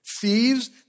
Thieves